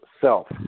self